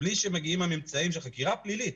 בלי שמגיעים הממצאים של חקירה פלילית,